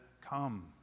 come